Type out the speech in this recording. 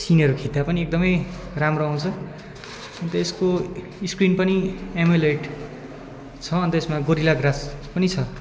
सिनहरू खिच्दा पनि एकदमै राम्रो आउँछ अन्त यसको स्क्रिन पनि एमोलेड छ अन्त गोरिला ग्लास पनि छ